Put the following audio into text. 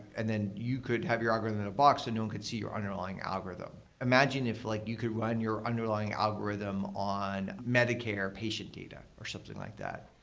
and then you could have your algorithm in a box and no one could see your underlying algorithm. imagine if like you could run your underlying algorithm on medicare patient data or something like that.